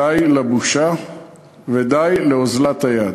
די לבושה ודי לאוזלת היד.